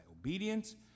obedience